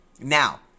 Now